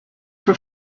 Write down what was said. for